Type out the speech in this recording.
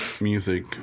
music